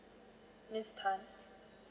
miss tan